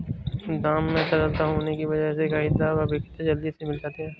दाम में तरलता होने की वजह से खरीददार व विक्रेता जल्दी से मिल जाते है